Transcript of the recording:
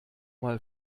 mal